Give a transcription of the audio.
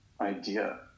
idea